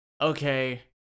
okay